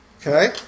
Okay